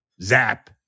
Zap